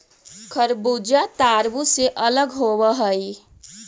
खरबूजा तारबुज से अलग होवअ हई